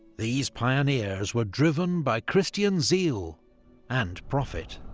these pioneers were driven by christian zeal and profit.